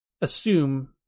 assume